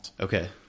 Okay